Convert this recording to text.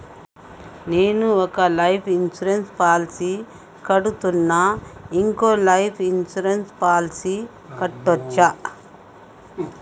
నేను ఒక life insurance policy కడ్తున్నా, ఇంకో లైఫ్ ఇన్సూరెన్స్ పాలసీ కట్టొచ్చా?